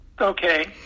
Okay